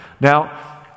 Now